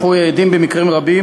אנחנו עדים שבמקרים רבים